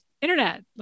internet